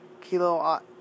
Kilo